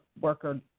worker